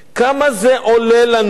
כמה זה עולה לנו?